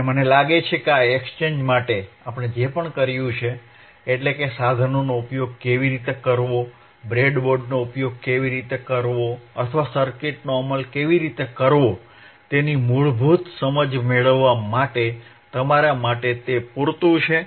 અને મને લાગે છે કે આ એક્સ્ચેંજ માટે આપણે જે પણ કર્યું છે એટલે કે સાધનોનો ઉપયોગ કેવી રીતે કરવો બ્રેડબોર્ડનો ઉપયોગ કેવી રીતે કરવો અથવા સર્કિટનો અમલ કેવી રીતે કરવો તેની મૂળભૂત સમજ મેળવવા માટે તમારા માટે તે પૂરતું છે